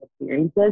experiences